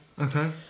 Okay